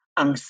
ang